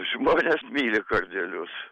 žmonės myli kardelius